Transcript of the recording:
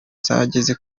zageze